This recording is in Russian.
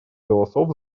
голосов